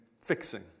fixing